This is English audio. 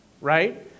right